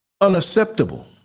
unacceptable